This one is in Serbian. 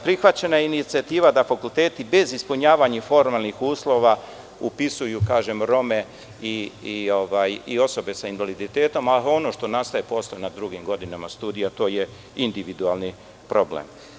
Prihvaćena je inicijativa da fakulteti bez ispunjavanja formalnih uslova upisuju Rome i osobe sa invaliditetom, a ono što nastaje posle na drugim godinama studija to je individualni problem.